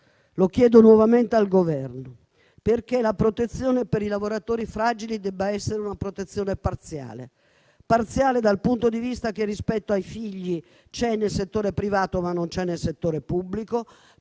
lo chiedo nuovamente al Governo - perché la protezione per i lavoratori fragili debba essere una protezione parziale: parziale dal punto di vista che rispetto ai figli c'è nel settore privato, ma non c'è nel settore pubblico,